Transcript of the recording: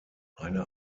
eine